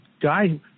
guy